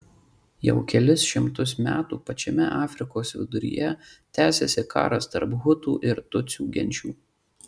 jau kelis šimtus metų pačiame afrikos viduryje tęsiasi karas tarp hutų ir tutsių genčių